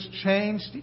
changed